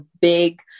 big